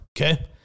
Okay